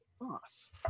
boss